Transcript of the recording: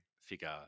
figure